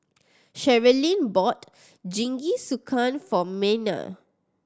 Sherilyn bought Jingisukan for Mena